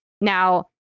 Now